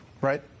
right